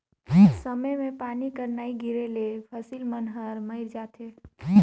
समे मे पानी कर नी गिरे ले फसिल मन हर मइर जाथे